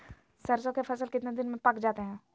सरसों के फसल कितने दिन में पक जाते है?